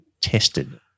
tested